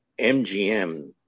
MGM